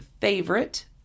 favorite